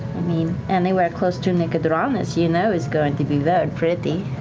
mean, anywhere close to nicodranas you know is going to be very pretty.